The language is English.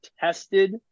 tested